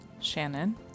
shannon